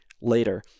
later